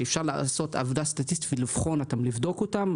שאפשר לעשות עבודה סטטיסטית ולבדוק אותם,